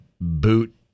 boot